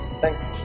Thanks